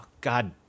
God